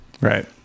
Right